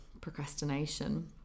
procrastination